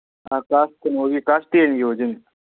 ꯑꯥ class ꯀꯩꯅꯣꯒꯤ class ꯇꯦꯟꯒꯤ ꯑꯣꯏꯗꯣꯏꯅꯤ